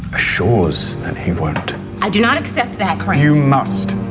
shows that he wanted i do not accept that cramer must